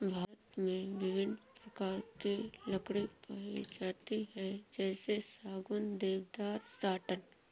भारत में विभिन्न प्रकार की लकड़ी पाई जाती है जैसे सागौन, देवदार, साटन